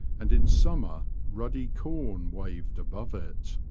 and in summer ruddy corn waved above it.